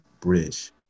Bridge